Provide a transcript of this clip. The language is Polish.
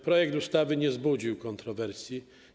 Projekt ustawy nie wzbudził kontrowersji.